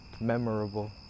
memorable